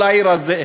כל העיר הזאת,